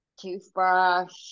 Toothbrush